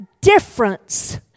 difference